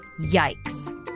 Yikes